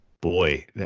boy